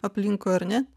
aplinkui ar ne